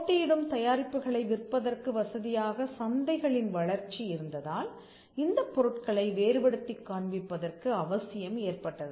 போட்டியிடும் தயாரிப்புகளை விற்பதற்கு வசதியாக சந்தைகளின் வளர்ச்சி இருந்ததால் இந்தப் பொருட்களை வேறுபடுத்திக் காண்பிப்பதற்கு அவசியம் ஏற்பட்டது